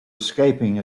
escaping